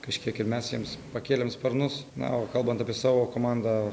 kažkiek ir mes jiems pakėlėm sparnus na o kalbant apie savo komandą